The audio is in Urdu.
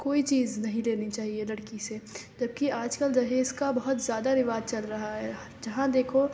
کوئی چیز نہیں لینی چاہیے لڑکی سے جب کہ آج کل جہیز کا بہت زیادہ رواج چل رہا ہے جہاں دیکھو